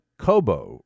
Kobo